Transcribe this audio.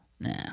Nah